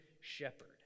shepherd